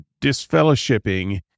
disfellowshipping